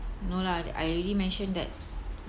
no lah I already mentioned that